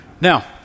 Now